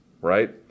right